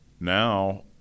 now